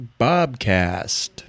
Bobcast